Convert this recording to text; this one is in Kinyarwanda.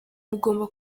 mugomba